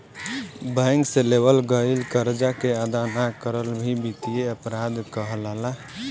bank से लेवल गईल करजा के अदा ना करल भी बित्तीय अपराध कहलाला